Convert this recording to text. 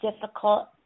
difficult